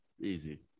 easy